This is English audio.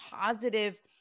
positive